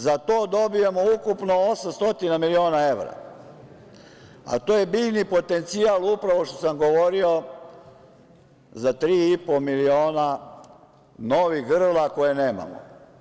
Za to dobijamo ukupno 800 miliona evra, a to je biljni potencijal, upravo što sam govorio, za 3,5 miliona novih grla koje nemamo.